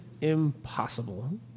impossible